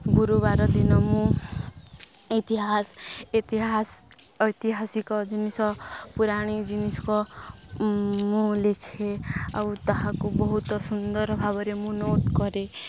ଗୁରୁବାର ଦିନ ମୁଁ ଇତିହାସ ଇତିହାସ ଐତିହାସିକ ଜିନିଷ ପୁରାଣୀ ଜିନିଷକୁ ମୁଁ ଲେଖେ ଆଉ ତାହାକୁ ବହୁତ ସୁନ୍ଦର ଭାବରେ ମୁଁ ନୋଟ୍ କରେ